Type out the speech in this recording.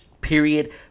period